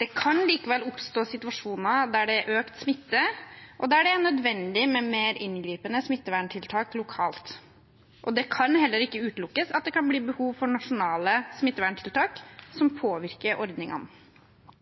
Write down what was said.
Det kan likevel oppstå situasjoner der det er økt smitte, og der det er nødvendig med mer inngripende smitteverntiltak lokalt. Det kan heller ikke utelukkes at det kan bli behov for nasjonale smitteverntiltak som påvirker ordningene.